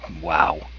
wow